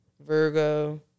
Virgo